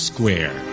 Square